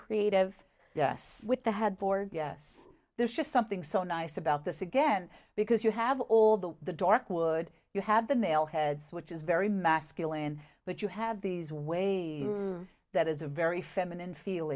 creative yes with the head board yes there's just something so nice about this again because you have all the the dark wood you have the nail heads which is very masculine but you have these waves that is a very feminine feel